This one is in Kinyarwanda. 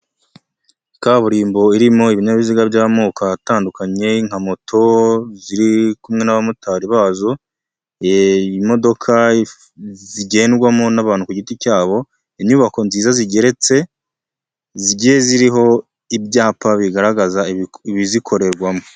Kaburimbo irimo ibinyabiziga by'amoko atandukanye, nka moto ziri kumwe n'abamotari bazo, imodoka zigendwamo n'abantu ku giti cyabo, inyubako nziza zigeretse, zigiye ziriho ibyapa bigaragaza ibizikorerwamo.